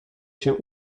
się